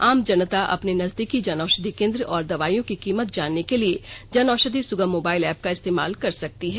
आम जनता अपने नजदीकी जन औषधि केंद्र और दवाईयों की कीमत जानने के लिए जन औषधि सुगम मोबाइल एप का इस्तेमाल कर सकती है